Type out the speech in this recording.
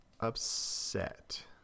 upset